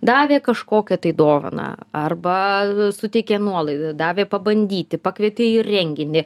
davė kažkokią tai dovaną arba suteikė nuolaidą davė pabandyti pakvietė į renginį